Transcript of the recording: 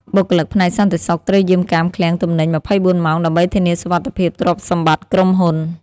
បុគ្គលិកផ្នែកសន្តិសុខត្រូវយាមកាមឃ្លាំងទំនិញ ២៤ ម៉ោងដើម្បីធានាសុវត្ថិភាពទ្រព្យសម្បត្តិក្រុមហ៊ុន។